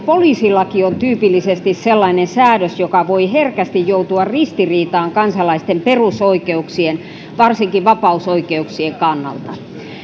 poliisilaki on tyypillisesti sellainen säädös joka voi herkästi joutua ristiriitaan kansalaisten perusoikeuksien varsinkin vapausoikeuksien kannalta